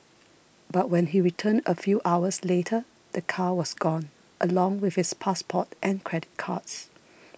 but when he returned a few hours later the car was gone along with his passport and credit cards